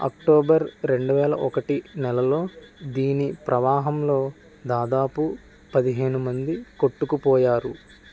October రెండు వేల ఒకటి నెలలో దీని ప్రవాహంలో దాదాపు పదిహేను మంది కొట్టుకుపోయారు